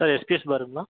sir SGS பாருங்களா